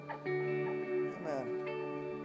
Amen